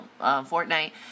Fortnite